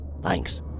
Thanks